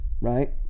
Right